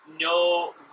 No